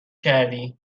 کردی